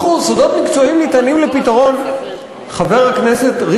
חבר הכנסת חנין, למעט אם יש לו סודות מקצועיים.